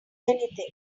anything